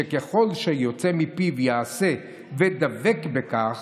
"ככל היוצא מפיו יעשה" ודבק בכך,